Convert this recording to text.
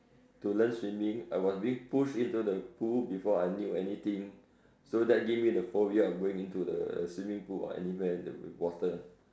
to learn swimming I was being pushed into the pool before I knew anything so that give me the phobia of going into the swimming pool or anywhere that with water